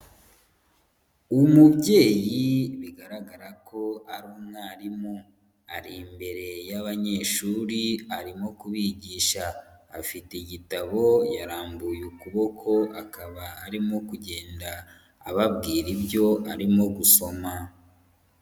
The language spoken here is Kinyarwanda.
Umubyeyi bigaragara ko ari umwarimu, ari imbere y'abanyeshuri arimo kubigisha, afite igitabo yarambuye ukuboko akaba arimo kugenda ababwira ibyo arimo gusoma.